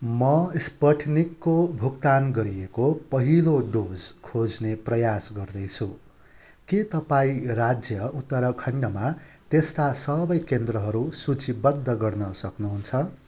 म स्पुत्निकको भुक्तान गरिएको पहिलो डोज खोज्ने प्रयास गर्दैछु के तपाईँ राज्य उत्तराखण्डमा त्यस्ता सबै केन्द्रहरू सूचीबद्ध गर्न सक्नुहुन्छ